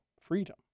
freedom